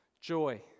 joy